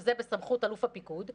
שזה בסמכות אלוף הפיקוד,